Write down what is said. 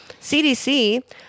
CDC